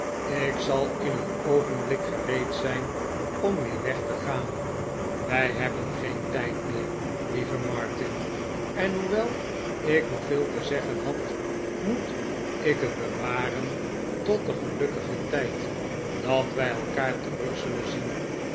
ik zal in een oogenblik gereed zijn om weer weg te gaan wij hebben geen tijd meer lieve martin en hoewel ik nog veel te zeggen had moet ik het bewaren tot den gelukkigen tijd dat wij elkaar terug zullen zien